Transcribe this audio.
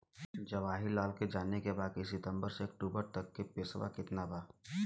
जवाहिर लाल के जाने के बा की सितंबर से अक्टूबर तक के पेसवा कितना बा?